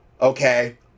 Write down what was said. okay